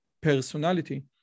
personality